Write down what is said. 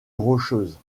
rocheuses